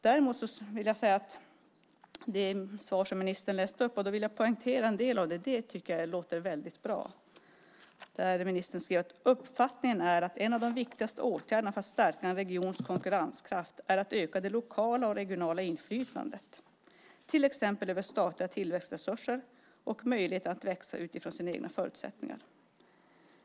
Däremot vill jag poängtera en del av det svar som ministern läste upp och som jag tycker låter väldigt bra. Ministern skriver att uppfattningen är "att en av de viktigaste åtgärderna för att stärka en regions konkurrenskraft är att öka det lokala och regionala inflytandet, till exempel över statliga tillväxtresurser och över möjligheterna att växa utifrån sina egna förutsättningar.